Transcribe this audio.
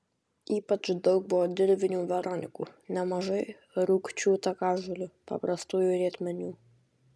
ypač daug buvo dirvinių veronikų nemažai rūgčių takažolių paprastųjų rietmenių